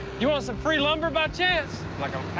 you want some free lumber, by chance? like